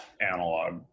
analog